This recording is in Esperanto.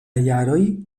jaroj